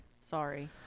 sorry